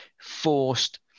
forced